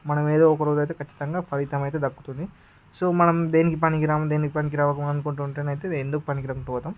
మనం ఏదో ఒకరోజు అయితే ఖచ్చితంగా ఫలితం అయితే దక్కుతుంది సో మనం దేనికి పనికిరాము దేనికి పనికిరాము అనుకుంటూ ఉంటేనే అయితే ఎందుకూ పనికి రాకుండా పోతాం